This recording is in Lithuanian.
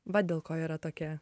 va dėl ko yra tokia